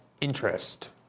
interest